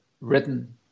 written